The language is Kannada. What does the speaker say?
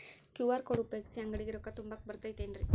ಕ್ಯೂ.ಆರ್ ಕೋಡ್ ಉಪಯೋಗಿಸಿ, ಅಂಗಡಿಗೆ ರೊಕ್ಕಾ ತುಂಬಾಕ್ ಬರತೈತೇನ್ರೇ?